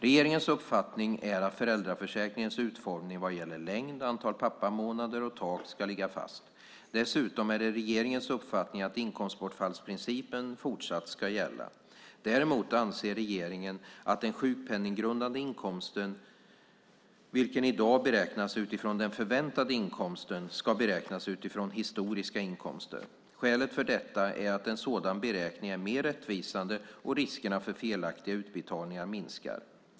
Regeringens uppfattning är att föräldraförsäkringens utformning vad gäller längd, antal pappamånader och tak ska ligga fast. Dessutom är det regeringens uppfattning att inkomstbortfallsprincipen fortsatt ska gälla. Däremot anser regeringen att den sjukpenninggrundande inkomsten, vilken i dag beräknas utifrån den förväntade inkomsten, ska beräknas utifrån historiska inkomster. Skälet för detta är att en sådan beräkning är mer rättvisande och riskerna för felaktiga utbetalningar minskar.